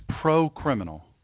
pro-criminal